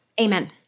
Amen